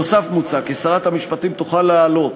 בנוסף לכך מוצע כי שרת המשפטים תוכל להעלות,